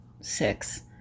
six